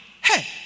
Hey